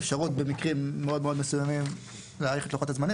אפשרות במקרים מאוד מסוימים להאריך את לוחות הזמנים,